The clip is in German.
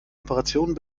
operationen